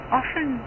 often